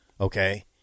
okay